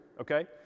okay